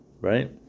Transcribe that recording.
right